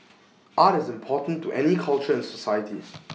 art is important to any culture and societies